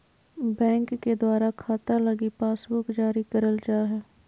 bank के द्वारा खाता लगी पासबुक जारी करल जा हय